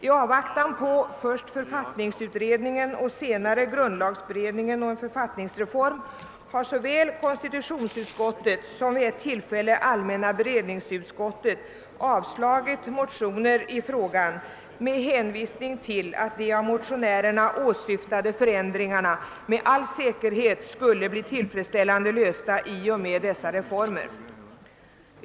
I avvaktan på först författningsutredningen och senare grundlagberedningen om författningsreform har såväl konstitutionsutskottet som vid ett tillfälle allmänna beredningsutskottet avstyrkt motioner i frågan med hänvisning till att de av motionärerna åsyftade förändringarna med all säkerhet skulle bli tillfredsställande lösta i och med dessa reformer.